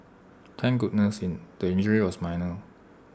thank goodness in the injury was minor